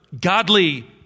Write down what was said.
godly